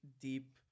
deep